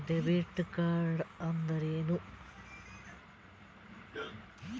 Debit ಕಾರ್ಡ್ಅಂದರೇನು?